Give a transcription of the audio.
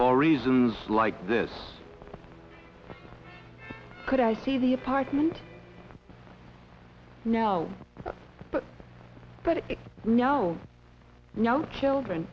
for reasons like this could i see the apartment no but no no children